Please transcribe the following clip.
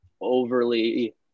overly